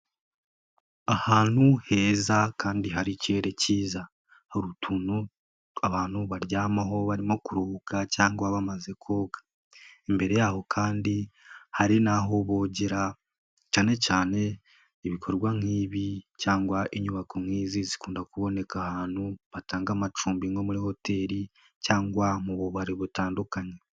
Ahantu heza kandi hari ikirere cyiza. Hari utuntu abantu baryamaho barimo kuruhuka cyangwa bamaze koga. Imbere yaho kandi hari naho bogera cyane cyane ibikorwa nk'ibi cyangwa inyubako nk'izi zikunda kuboneka ahantu batanga amacumbi nko muri hoteli cyangwa mu bubari butandukanye.